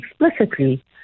explicitly